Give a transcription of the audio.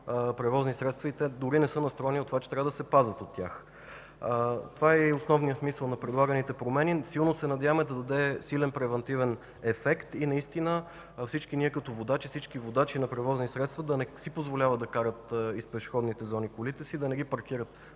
превозни средства и дори не са настроени от това, че трябва да се пазят от тях. Това е и основният смисъл на предлаганите промени. Силно се надяваме да даде силен превантивен ефект и всички ние като водачи, всички водачи на превозни средства да не си позволяват да карат колите из пешеходните зони, да не ги паркират